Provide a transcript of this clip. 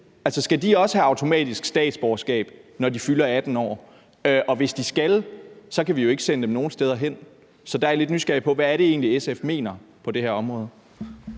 skal de også have automatisk statsborgerskab, når de fylder 18 år? Og hvis de skal, kan vi jo ikke sende dem nogen steder hen. Så der jeg lidt nysgerrig på, hvad det egentlig er, SF mener på det her område.